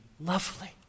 lovely